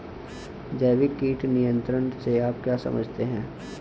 जैविक कीट नियंत्रण से आप क्या समझते हैं?